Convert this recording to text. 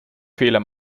fehler